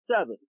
Seven